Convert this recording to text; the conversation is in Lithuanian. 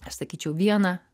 aš sakyčiau vieną